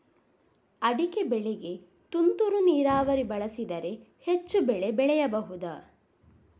ಅಡಿಕೆ ಬೆಳೆಗೆ ತುಂತುರು ನೀರಾವರಿ ಬಳಸಿದರೆ ಹೆಚ್ಚು ಬೆಳೆ ಬೆಳೆಯಬಹುದಾ?